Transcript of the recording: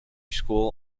school